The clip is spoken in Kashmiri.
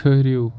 ٹھٔہرِو